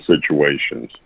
situations